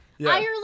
Ireland